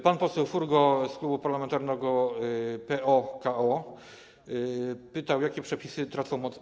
Pan poseł Furgo z Klubu Parlamentarnego PO-KO pytał, jakie przepisy tracą moc.